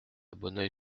bonneuil